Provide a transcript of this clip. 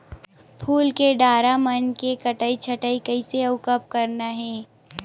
फूल के डारा मन के कटई छटई कइसे अउ कब करना हे?